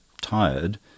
tired